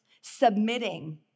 submitting